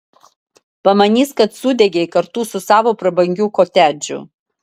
pamanys kad sudegei kartu su savo prabangiu kotedžu